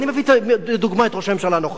ואני מביא לדוגמה את ראש הממשלה הנוכחי.